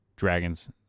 Dragons